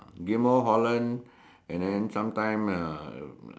Ghim-Moh Holland and then sometimes uh